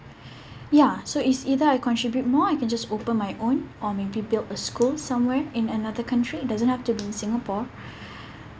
ya so it's either I contribute more I can just open my own or maybe build a school somewhere in another country it doesn't have to be in singapore